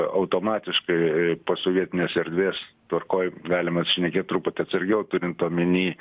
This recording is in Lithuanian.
automatiškai posovietinės erdvės tvarkoj galima šnekėt truputį atsargiau turint omeny